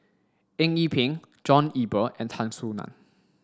Eng Yee Peng John Eber and Tan Soo Nan